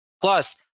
Plus